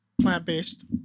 plant-based